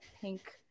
pink